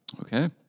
Okay